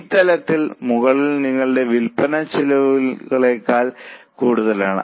ഈ തലത്തിന് മുകളിൽ നിങ്ങളുടെ വിൽപ്പന ചെലവുകളേക്കാൾ കൂടുതലാണ്